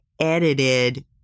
edited